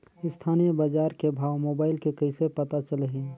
स्थानीय बजार के भाव मोबाइल मे कइसे पता चलही?